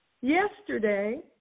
yesterday